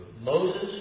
Moses